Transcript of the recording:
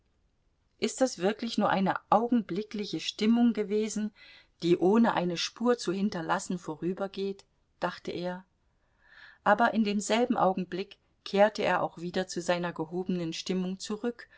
ist das wirklich nur eine augenblickliche stimmung gewesen die ohne eine spur zu hinterlassen vorübergeht dachte er aber in demselben augenblick kehrte er auch wieder zu seiner gehobenen stimmung zurück